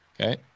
Okay